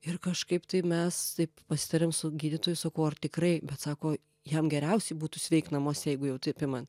ir kažkaip tai mes taip pasitarėm su gydytoju sakau ar tikrai bet sako jam geriausiai būtų sveikt namuose jeigu jau taip imant